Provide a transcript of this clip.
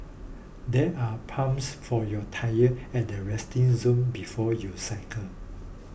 there are pumps for your tyre at the resting zone before you cycle